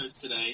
today